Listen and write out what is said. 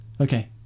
Okay